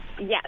Yes